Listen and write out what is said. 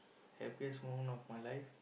happiest moment of my life